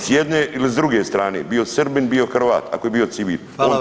S jedne ili s druge strane, bio Srbin, bio Hrvat, ako je bio civil.